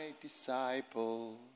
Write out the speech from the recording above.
disciple